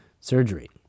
surgery